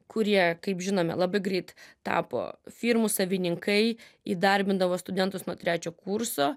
kurie kaip žinome labai greit tapo firmų savininkai įdarbindavo studentus nuo trečio kurso